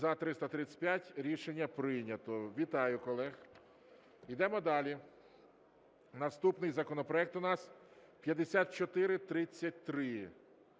За-335 Рішення прийнято. Вітаю колег. Йдемо далі. Наступний законопроект у нас 5433.